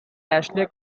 ashley